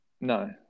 No